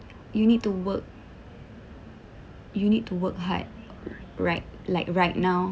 you need to work you need to work hard right like right now